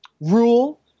rule